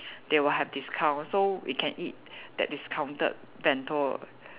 they will have discount so we can eat that discounted bento